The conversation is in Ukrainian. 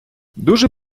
дуже